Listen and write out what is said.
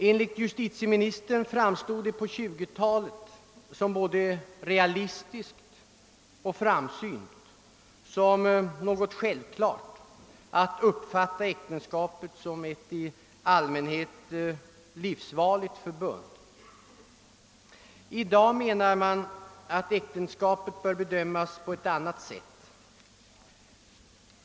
Enligt justitieministern framstod det på 1920 talet som både realistiskt och framsynt — ja, som något självklart — att uppfatta äktenskapet som »ett i allmänhet livsvarigt förbund». I dag, menar han, bör äktenskapet emellertid bedömas på ett annat sätt.